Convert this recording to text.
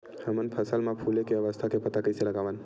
हमन फसल मा फुले के अवस्था के पता कइसे लगावन?